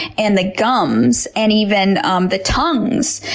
and the gums, and even um the tongues,